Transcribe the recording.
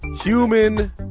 human